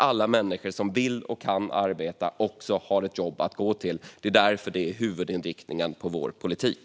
Alla människor som vill och kan arbeta ska också ha ett jobb att gå till. Därför är det huvudinriktningen på vår politik.